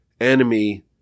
enemy